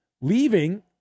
Leaving